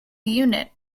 unit